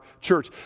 church